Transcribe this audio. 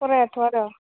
फरायाथ' आरो